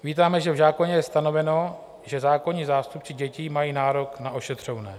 Vítáme, že v zákoně je stanoveno, že zákonní zástupci dětí mají nárok na ošetřovné.